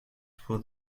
for